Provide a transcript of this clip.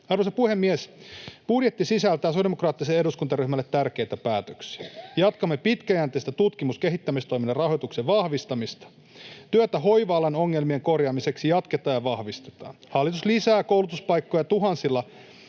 Arvoisa puhemies! Budjetti sisältää sosiaalidemokraattiselle eduskuntaryhmälle tärkeitä päätöksiä. Jatkamme pitkäjänteistä tutkimus- ja kehittämistoiminnan rahoituksen vahvistamista. Työtä hoiva-alan ongelmien korjaamiseksi jatketaan ja vahvistetaan. [Timo Heinonen: Nehän ovat vain